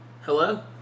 Hello